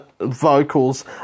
vocals